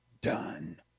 done